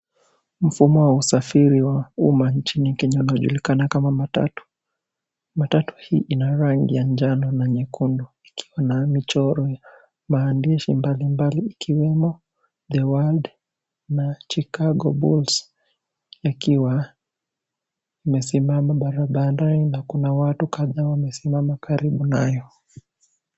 Mfumo wa usafiri wa uma nchini Kenya unaojulikana kama matatu. Matatu hii ina rangi ya jano na nyekundu, ikiwa na michoro ya maandishi mbalimbali ikiwemo The World na Chicago Bulls. Ikiwa imesimama barabarani na kuna watu kadhaa wamesimama karibu nayo.